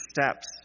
steps